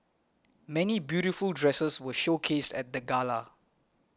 many beautiful dresses were showcased at the gala